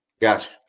Gotcha